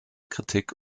kritik